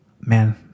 Man